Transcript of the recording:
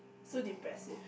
so depressive